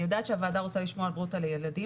אני יודעת שהוועדה רוצה לשמור על בריאות הילדים,